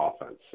offense